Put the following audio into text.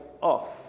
off